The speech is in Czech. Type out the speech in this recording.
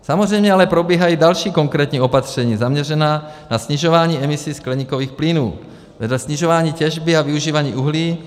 Samozřejmě ale probíhají další konkrétní opatření zaměřená na snižování emisí skleníkových plynů vedle snižování těžby a využívání uhlí.